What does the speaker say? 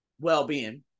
well-being